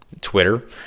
Twitter